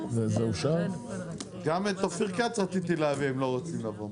גם את אופיר כץ רציתי להביא הם לא רוצים לבוא.